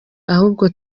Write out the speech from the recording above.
ahubwo